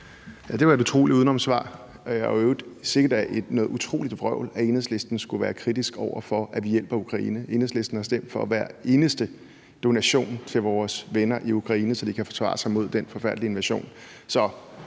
Det var et utroligt udenomssvar. Og i øvrigt sikke da noget utroligt vrøvl, at Enhedslisten skulle være kritisk over for, at vi hjælper Ukraine. Enhedslisten har stemt for hver eneste donation til vores venner i Ukraine, så de kan forsvare sig imod den forfærdelige invasion.